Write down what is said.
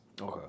Okay